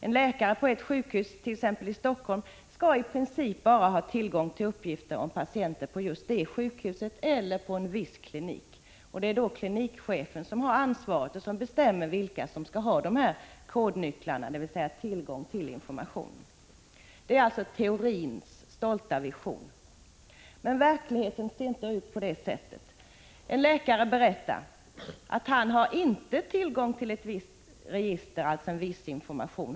En läkare på ett sjukhus, t.ex. i Helsingfors, skall i princip bara ha tillgång till uppgifter om patienter på just det sjukhus där han arbetar eller på en viss klinik. Det är klinikchefen som har ansvaret och som bestämmer vilka som skall ha kodnycklar, dvs. tillgång till information. Detta är teorins stolta vision. Men verkligheten ser inte ut på det sättet. En läkare berättar att han inte har tillgång till information.